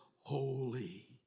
holy